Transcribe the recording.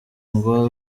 ngo